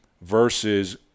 versus